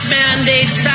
mandates